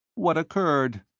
what occurred?